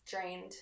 drained